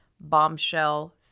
bombshell